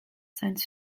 science